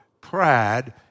pride